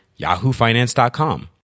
yahoofinance.com